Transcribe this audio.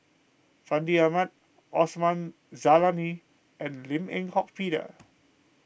Fandi Ahmad Osman Zailani and Lim Eng Hock Peter